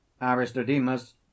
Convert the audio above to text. Aristodemus